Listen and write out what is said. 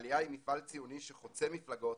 עלייה היא מפעל ציוני שחוצה מפלגות